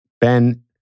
Ben